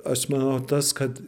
aš manau tas kad